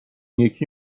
یکی